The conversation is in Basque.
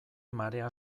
marea